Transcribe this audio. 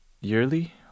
yearly